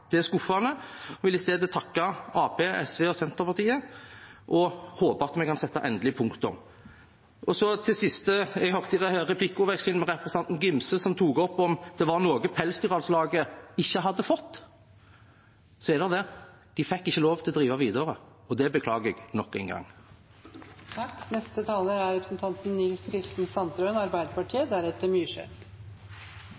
Det er skuffende. Jeg vil i stedet takke Arbeiderpartiet, SV og Senterpartiet og håpe at vi kan sette et endelig punktum. Så til sist: Jeg hørte i replikkvekslingen med representanten Gimse at hun tok opp om det var noe Pelsdyralslaget ikke hadde fått. Det er det. De fikk ikke lov til å drive videre, og det beklager jeg nok en gang. Dagen i dag er